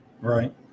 Right